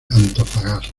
antofagasta